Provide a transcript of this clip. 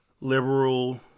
liberal